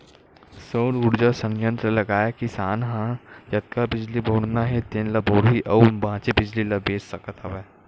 सउर उरजा संयत्र लगाए किसान ह जतका बिजली बउरना हे तेन ल बउरही अउ बाचे बिजली ल बेच सकत हवय